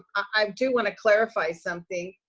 i do want to clarify something.